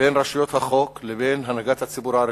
בין רשויות החוק לבין הנהגת הציבור הערבי.